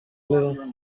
little